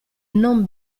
non